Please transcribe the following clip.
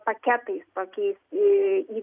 paketais tokiais į